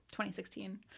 2016